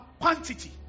quantity